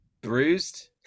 bruised